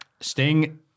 Sting